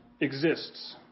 exists